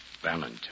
Valentine